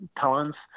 talents